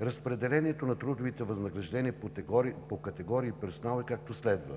Разпределението на трудовите възнаграждения по категории персонал е, както следва: